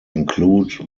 include